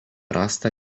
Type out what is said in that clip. rasta